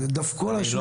דפקו על השולחן?